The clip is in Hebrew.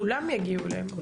כולם יגיעו אליה.